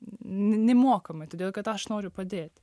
nemokamai todėl kad aš noriu padėt